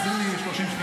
--- עוד 30 שניות,